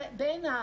נושא